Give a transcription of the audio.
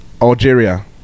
Algeria